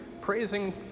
praising